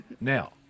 now